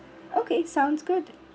okay sounds good